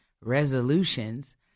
resolutions